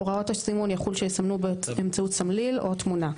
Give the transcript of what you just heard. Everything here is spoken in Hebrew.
הוראות הסימון יכול שיסומנו באמצעות סמליל או תמונה,